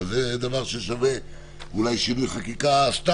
אבל זה דבר ששווה אולי שינוי סתם,